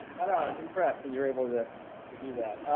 and i was impressed that you were able to to do that.